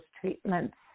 treatments